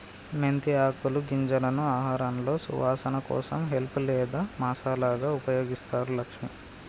మెంతి ఆకులు గింజలను ఆహారంలో సువాసన కోసం హెల్ప్ లేదా మసాలాగా ఉపయోగిస్తారు లక్ష్మి